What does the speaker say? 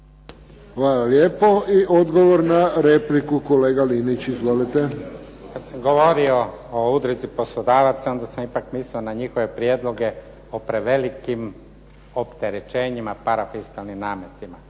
Hvala lijepo. I odgovor na repliku kolega Linić. Izvolite. **Linić, Slavko (SDP)** Kad sam govorio o udruzi poslodavaca, onda sam ipak mislio na njihove prijedloge o prevelikim opterećenjima parafiskalnim nametima.